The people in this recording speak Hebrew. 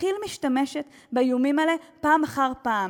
כי"ל משתמשת באיומים האלה פעם אחר פעם.